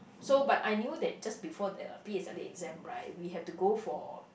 so but I knew that before the p_s_l_e exam right we had to go for